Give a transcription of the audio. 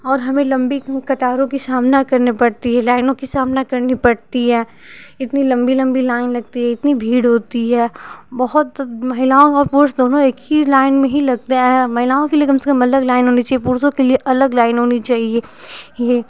और हमें लम्बी कतारों के सामना करने पड़ती हैं लाइनो की सामना करनी पड़ती हैं इतनी लम्बी लम्बी लाइन लगती है इतनी भीड़ होती है बहुत महिलाओं और पुरुष दोनों एक हीं लाइन में हीं लगते हैं महिलाओं के लिए कम से कम अलग लाइन होनी चाहिए पुरूषों के लिए अलग लाइन होनी चाहिए ये